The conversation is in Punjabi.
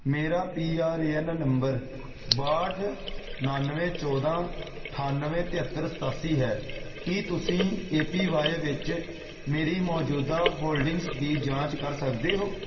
ਮੇਰਾ P R A N number ਬਾਹਠ ਉਣਾਨਵੇਂ ਚੌਦਾਂ ਅਠੱਨਵੇ ਤੇਹਤਰ ਸਤਾਸੀ ਹੈ ਕੀ ਤੁਸੀਂ ਏ ਪੀ ਵਾਈ ਵਿੱਚ ਮੇਰੀ ਮੌਜੂਦਾ ਹੋਲਡਿੰਗਜ਼ ਦੀ ਜਾਂਚ ਕਰ ਸਕਦੇ ਹੋ